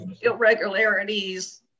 irregularities